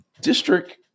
district